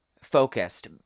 focused